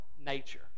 nature